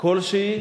כלשהי